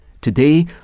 Today